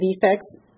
defects –